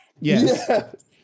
Yes